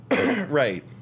Right